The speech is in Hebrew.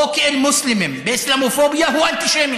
או כמוסלמים, באסלאמופוביה, הוא אנטישמי.